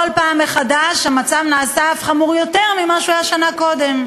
כל פעם מחדש המצב נעשה אף חמור יותר ממה שהוא היה שנה קודם.